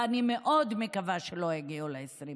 ואני מאוד מקווה שלא יגיעו ל-20,